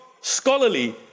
scholarly